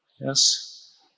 Yes